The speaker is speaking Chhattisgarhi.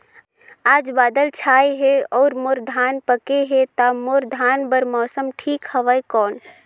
आज बादल छाय हे अउर मोर धान पके हे ता मोर धान बार मौसम ठीक हवय कौन?